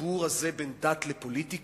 בחיבור הזה בין דת לפוליטיקה,